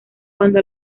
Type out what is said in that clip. cuando